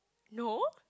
no